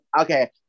okay